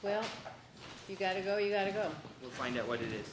well you got to go you got to go find out what it is